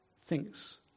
thinks